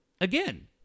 again